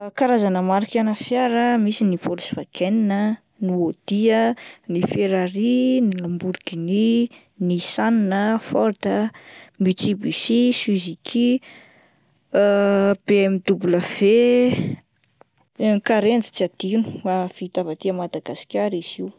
Karazana marika ana fiara ah misy ny Volswagen ,ny Audi ah, ny Ferrari, ny Lamborghini, Nissan, Ford, Mitsubushi, Suziki, BMW,Karenjy tsy adino vita avy aty Madagasikara izy io.